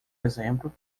exemplo